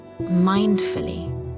mindfully